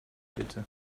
bitte